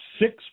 six